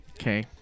Okay